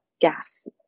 gas